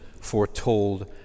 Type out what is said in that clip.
foretold